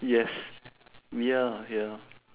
yes we are ya